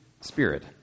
spirit